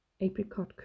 apricot